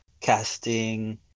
casting